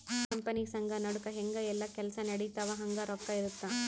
company ಸಂಘ ನಡುಕ ಹೆಂಗ ಯೆಲ್ಲ ಕೆಲ್ಸ ನಡಿತವ ಹಂಗ ರೊಕ್ಕ ಇರುತ್ತ